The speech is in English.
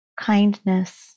kindness